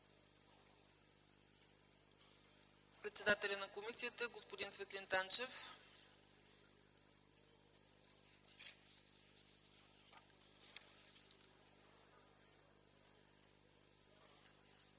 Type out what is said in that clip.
Председателят на комисията – господин Светлин Танчев.